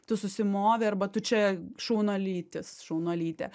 tu susimovei arba tu čia šaunuolytis šaunuolytė